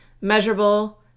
measurable